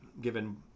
given